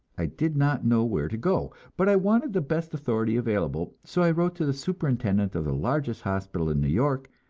i did not know where to go, but i wanted the best authority available, so i wrote to the superintendent of the largest hospital in new york,